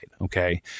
okay